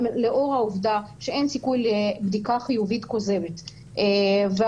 לאור העובדה שאין סיכוי לבדיקה חיובית כוזבת וההחלטה